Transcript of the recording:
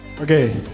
okay